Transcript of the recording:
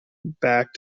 back